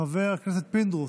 חבר הכנסת פינדרוס,